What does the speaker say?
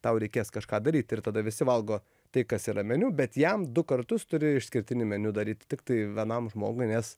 tau reikės kažką daryt ir tada visi valgo tai kas yra meniu bet jam du kartus turi išskirtinį meniu daryti tiktai vienam žmogui nes